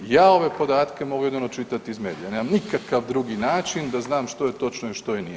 Ja ove podatke mogu jedino čitati iz medija, nemam nikakav drugi način da znam što je točno i što nije.